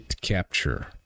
capture